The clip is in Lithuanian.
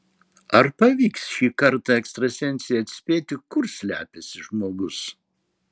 ar pavyks šį kartą ekstrasensei atspėti kur slepiasi žmogus